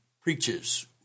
preaches